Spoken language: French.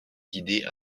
guidées